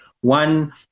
one